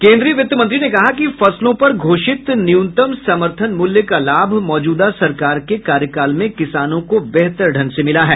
केन्द्रीय वित्त मंत्री ने कहा कि फसलों पर घोषित न्यूनतम समर्थन मूल्य का लाभ मौजूदा सरकार के कार्यकाल में किसानों को बेहतर ढंग से मिला है